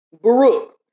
Baruch